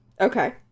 Okay